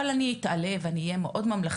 אבל אני אגיד בפירוש,